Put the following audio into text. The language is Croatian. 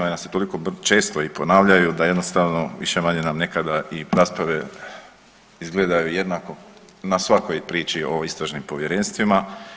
One se toliko često i ponavljaju da jednostavno više-manje nam nekada i rasprave izgledaju jednako na svakoj priči o istražnim povjerenstvima.